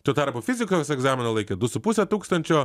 tuo tarpu fizikos egzaminą laikė du su puse tūkstančio